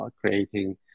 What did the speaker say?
creating